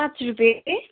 पाँच रुपियाँ